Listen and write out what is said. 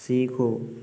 सीखो